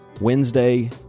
Wednesday